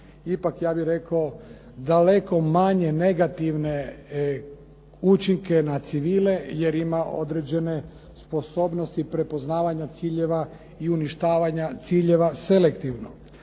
ipak ja bih rekao daleko manje negativne učinke na civile jer ima određene sposobnosti prepoznavanja ciljeva i uništavanja ciljeva selektivno.